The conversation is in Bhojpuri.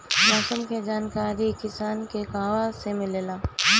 मौसम के जानकारी किसान के कहवा से मिलेला?